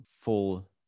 full